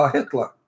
Hitler